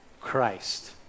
Christ